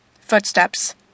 Footsteps